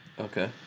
Okay